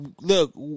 look